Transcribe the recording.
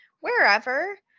wherever